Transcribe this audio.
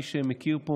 מי שמכיר פה,